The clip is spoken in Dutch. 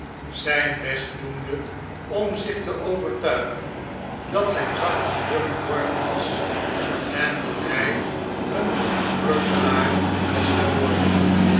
zjjn best doende om zich te overtuigen dat zjjn zacht humeur bedorven was en dat hjj een pruttelaar was geworden